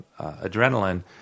adrenaline